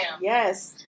Yes